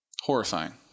Horrifying